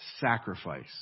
sacrifice